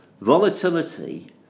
volatility